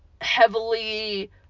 heavily